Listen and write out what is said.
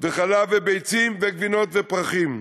וחלב וביצים, וגבינות ופרחים.